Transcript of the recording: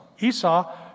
Esau